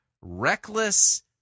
reckless